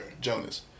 Jonas